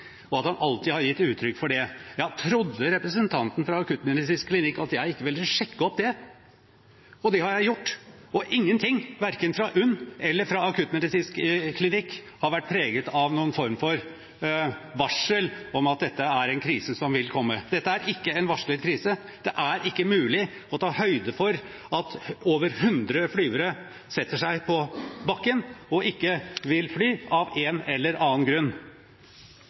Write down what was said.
og for virksomhetsoverdragelse, og at han alltid har gitt uttrykk for det. Trodde representanten fra akuttmedisinsk klinikk at jeg ikke ville sjekke opp det? Det har jeg gjort. Ingenting, verken fra UNN eller fra akuttmedisinsk klinikk har vært preget av noen form for varsel om at dette er en krise som ville komme. Dette er ikke en varslet krise. Det er ikke mulig å ta høyde for at over 100 flyvere setter seg på bakken og ikke vil fly av en eller annen grunn.